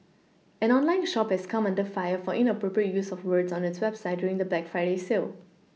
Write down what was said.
an online shop has come under fire for inappropriate use of words on its website during the black Friday sale